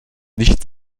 nicht